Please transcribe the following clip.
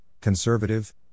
conservative